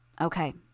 Okay